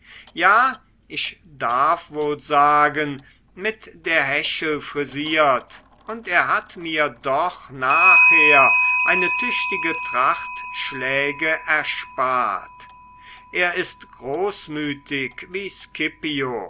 ja ich darf wohl sagen mit der hechel frisiert und er hat mir doch nachher eine tüchtige tracht schläge erspart er ist großmütig wie